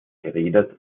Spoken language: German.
geredet